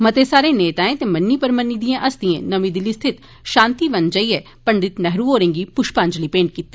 मते सारे नेताएं ते मन्नी परमन्नी दिएं हस्तिएं नमीं दिल्ली स्थित शान्तिवन जाईए पंडित नेहरू होरें गी पुष्पांजलि मेंट कीती